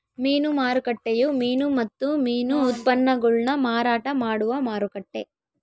ಮೀನು ಮಾರುಕಟ್ಟೆಯು ಮೀನು ಮತ್ತು ಮೀನು ಉತ್ಪನ್ನಗುಳ್ನ ಮಾರಾಟ ಮಾಡುವ ಮಾರುಕಟ್ಟೆ